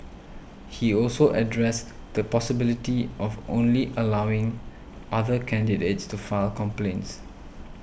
he also addressed the possibility of only allowing other candidates to file complaints